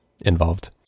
involved